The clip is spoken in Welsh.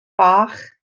bach